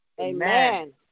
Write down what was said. Amen